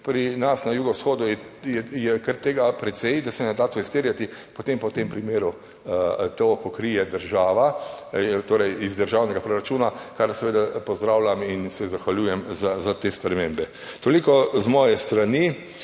pri nas na jugovzhodu je kar tega precej, da se ne da to izterjati, potem pa v tem primeru to pokrije država, torej iz državnega proračuna, kar seveda pozdravljam in se zahvaljujem za te spremembe. Toliko z moje strani.